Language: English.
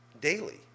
daily